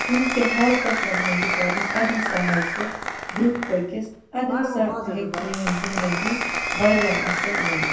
کُنہِ تہِ حالتَس منٛز مےٚ یہِ کَرُن اَدٕ ہسا ہٮ۪کہٕ بہٕ برٛونٛہہ پٔکِتھ اَدٕ ہسا ہٮ۪کہِ میٛٲنۍ زِنٛدگی واریاہ اَصٕل بٔنِتھ